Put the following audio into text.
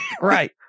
Right